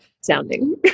sounding